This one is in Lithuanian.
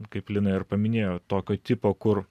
kaip lina ir paminėjo tokio tipo kur